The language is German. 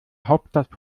hauptstadt